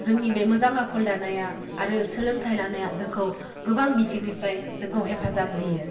जोंनि बे मोजां आखल दानाया आरो सोलोंथाइ लानाया जोंखौ गोबां बिथिंनिफ्राय जोंखौ हेफाजाब होयो